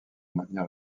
maintenir